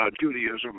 Judaism